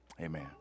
Amen